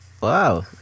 Wow